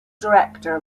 director